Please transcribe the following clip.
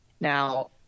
Now